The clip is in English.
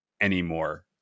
anymore